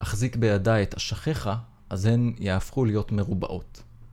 אחזיק בידי את אשכיך, אז הן יהפכו להיות מרובעות.